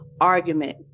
argument